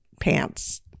pants